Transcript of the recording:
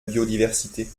biodiversité